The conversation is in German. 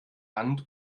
hand